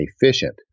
efficient